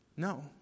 No